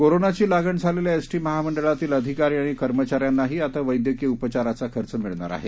कोरोनाची लागण झालेल्या एसटी महामंडळातील अधिकारी आणि कर्मचा यांनाही आता वैद्यकिय उपचाराचा खर्च मिळणार आहे